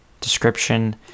description